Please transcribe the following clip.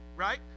Right